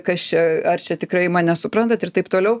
kas čia ar čia tikrai mane suprantat ir taip toliau